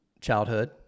childhood